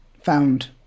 found